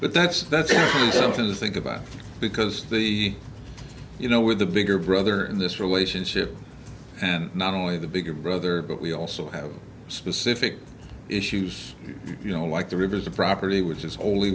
but that's that's something to think about because you know with the bigger brother in this relationship and not only the bigger brother but we also have specific issues you know like the rivers of property which is only